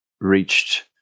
reached